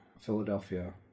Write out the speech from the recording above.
Philadelphia